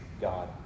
God